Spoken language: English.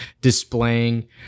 displaying